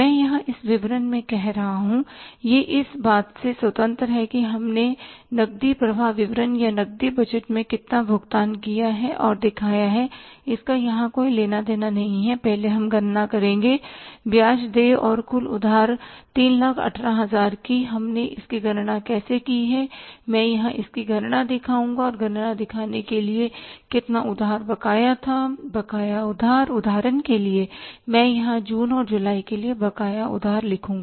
मैं यहाँ इस विवरण में कह रहा हूँ यह इस बात से स्वतंत्र है कि हमने नकदी प्रवाह विवरण या नकदी बजट में कितना भुगतान किया है और दिखाया है इसका यहाँ कोई लेना देना नहीं है पहले हम गणना करेंगे ब्याज देय और कुल उधार 318000 की हमने इसकी गणना कैसे की मैं यहां इसकी गणना दिखाऊंगा और गणना दिखाने के लिए कि कितना उधार बकाया था बकाया उधार उदाहरण के लिए मैं यहां जून और जुलाई के लिए बकाया उधार लिखूंगा